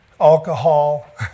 alcohol